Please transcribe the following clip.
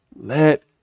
Let